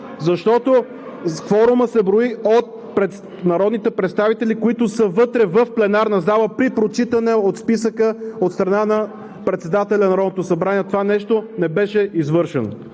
Защото кворумът се брои от народните представители, които са вътре в пленарна зала при прочитане на списъка от страна на председателя на Народното събрание. Това нещо не беше извършено.